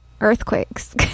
earthquakes